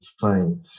fine